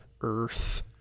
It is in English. earth